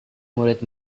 murid